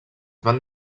van